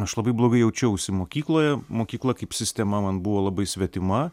aš labai blogai jaučiausi mokykloje mokykla kaip sistema man buvo labai svetima